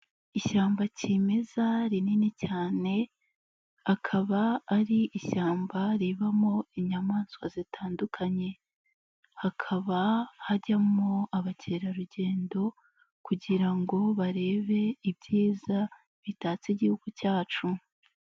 Ishyamba kimeza rinini cyane akaba ari ishyamba ribamo inyamaswa zitandukanye, hakaba hajyamo abakerarugendo kugira ngo barebe ibyiza bitatse Igihugu cyacu.